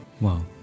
Wow